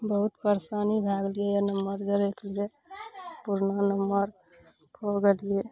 बहुत परेशानी भऽ गेलियै यए नम्बर जोड़ैके लिए पुरना नम्बर खो गेलियै